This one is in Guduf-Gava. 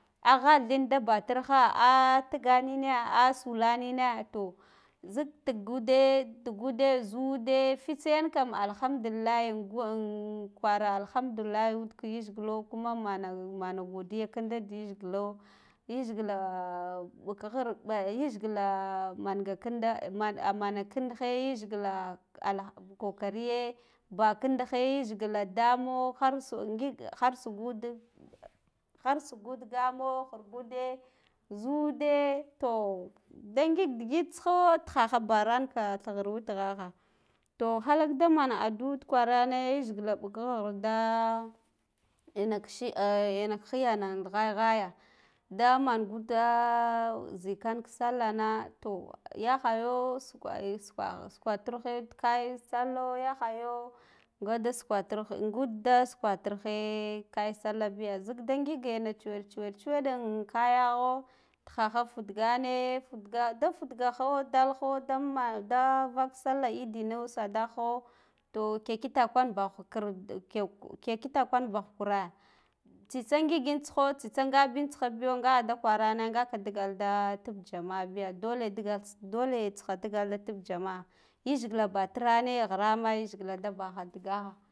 Ah ghavin da batir kha ah tiganine ah sulajnine toh zik tuguda tugude fitsayan kam alhamdulillahi ghwari alhamdulillahi intuk yajgilo kuma mana mana godiya kinde di yajgilo yajgila mɓaka khirbe yajgila manga kinda man are kinɗ lohe yajgila ala kakariye bauchinkle yajgila damo harsu ngik harsugude harsuguɗe gamo khurbude zude toh nde ngik diglits ko khakha baran ka ka ghar witgha kha toh halak daman addu'a tu kwarane yajgila mbuga ha da inak shi inak gliyana ndi ghaya ghaya daman gute zikan sillah na to ya khayo sukwa sukwa sukwa turkhe kyan sallah yakhoyo nga da suko tur kingud de suko rufe kayan sallah biya zik de ngigana chuwed chuwed chuweɗ in kaya kho tikha khaf futgane futga da futgakho dalkho demen de vak sallah idino sada kho to ke kita kwan bakha ke kiti kwar bavh kure tsitsi ngik vintsgho tsitsa nga vintagho biyo ngaha da kwarana nga ka digavo da tik jama'a biya dole digats doletsi kha digal da tik jama'a yajgila baa tirane grigrama yajgila da bakha digikha.